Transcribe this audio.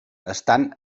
estan